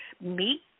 meet